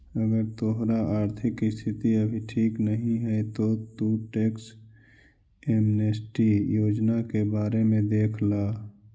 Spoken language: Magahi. अगर तोहार आर्थिक स्थिति अभी ठीक नहीं है तो तु टैक्स एमनेस्टी योजना के बारे में देख ला